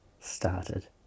started